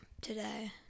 today